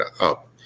up